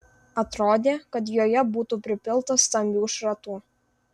atrodė kad joje būtų pripilta stambių šratų